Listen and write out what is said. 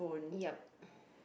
yup